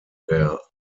der